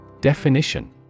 Definition